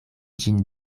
ĝin